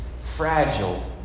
fragile